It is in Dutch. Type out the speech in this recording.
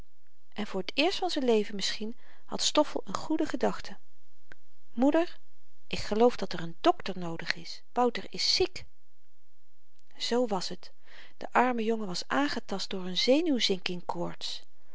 en voor t eerst van z'n leven misschien had stoffel een goede gedachte moeder ik geloof dat er een dokter noodig is wouter is ziek zoo was het de arme jongen was aangetast door n